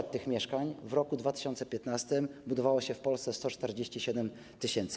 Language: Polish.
Np. tych mieszkań w roku 2015 budowało się w Polsce 147 tys.